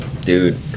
Dude